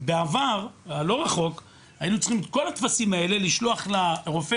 בעבר הלא רחוק היינו צריכים את כל הטפסים האלה לשלוח לרופא